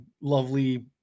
lovely